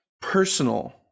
personal